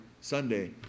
Sunday